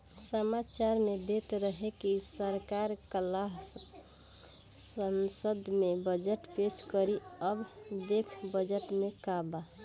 सामाचार में देत रहे की सरकार काल्ह संसद में बजट पेस करी अब देखऽ बजट में का बा